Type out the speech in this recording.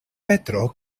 petro